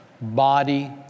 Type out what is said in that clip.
body